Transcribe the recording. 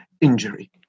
injury